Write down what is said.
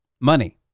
money